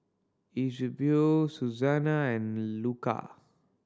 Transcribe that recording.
Eusebio Susanna and Luca